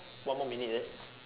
one more minute is it